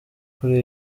kuri